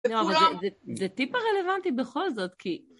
זה טיפ הרלוונטי בכל זאת, כי...